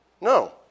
No